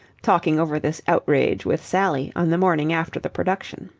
talking over this outrage with sally on the morning after the production.